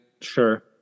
Sure